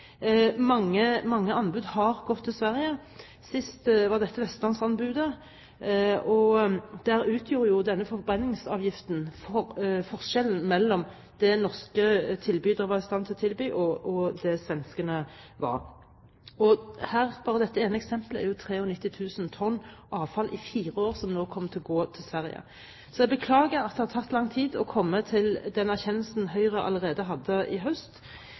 Mange anbud har gått til Sverige, sist var det dette vestlandsanbudet. Der utgjorde forbrenningsavgiften forskjellen mellom det norske tilbydere var i stand til å tilby, og det svenskene kunne tilby. Bare dette ene eksempelet betyr at 93 000 tonn avfall nå i fire år kommer til å gå til Sverige. Så jeg beklager at det har tatt lang tid å komme til den erkjennelsen Høyre allerede hadde i høst.